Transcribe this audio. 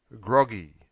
Groggy